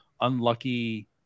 unlucky